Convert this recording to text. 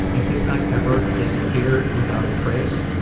if this guy ever disappeared without a trace,